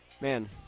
man